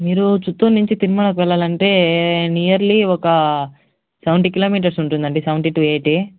మీరు చిత్తూరు నుంచి తిరుమలకు వెళ్ళాలంటే నియర్లీ ఒక సెవంటీ కిలోమీటర్స్ ఉంటుందండి సెవంటీ టు ఎయిటీ